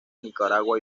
nicaragua